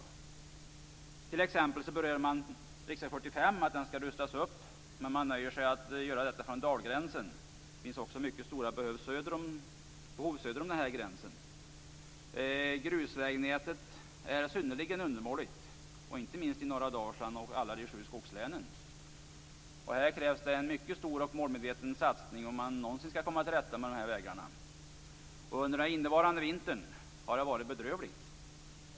Man säger t.ex. att riksväg 45 skall rustas upp, men man nöjer sig med att detta skall gälla från Dalagränsen. Det finns också mycket stora behov söder om denna gräns. Grusvägnätet är synnerligen undermåligt, inte minst i norra Dalsland och i alla de sju skogslänen. Här krävs det en mycket stor och målmedveten satsning om man någonsin skall komma till rätta med dessa vägar. Under den senaste vintern har det varit bedrövligt.